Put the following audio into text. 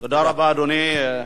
תודה רבה, אדוני.